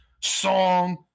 song